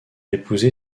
épousé